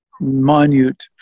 minute